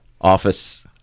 office